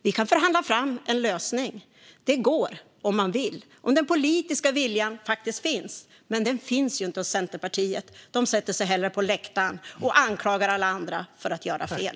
Vi kan förhandla fram en lösning. Det går om man vill - om den politiska viljan faktiskt finns. Men den finns ju inte hos Centerpartiet. De sätter sig hellre på läktaren och anklagar alla andra för att göra fel.